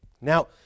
Now